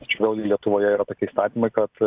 tačiau lietuvoje yra tokie įstatymai kad